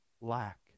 lack